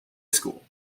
school